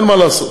אין מה לעשות.